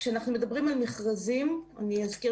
כשאנחנו מדברים על מכרזים אני אזכיר